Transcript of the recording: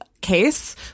case